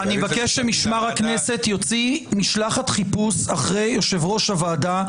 אני מבקש שמשמר הכנסת יוציא משלחת חיפוש אחרי יושב-ראש הוועדה.